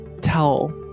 tell